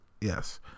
Yes